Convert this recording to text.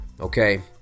Okay